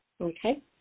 Okay